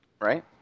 Right